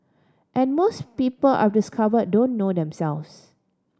and most people I've discovered don't know themselves